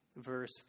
verse